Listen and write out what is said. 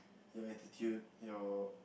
your attitude your